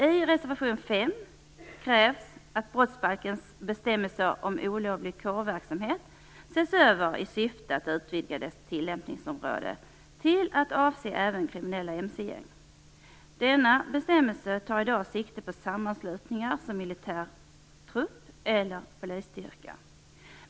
I reservation 5 krävs att brottsbalkens bestämmelse om olovlig kårverksamhet ses över att utvidga dess tillämpningsområde till att avse även kriminella mcgäng. Denna bestämmelse tar i dag sikte på sammanslutningar som militär trupp eller polisstyrka.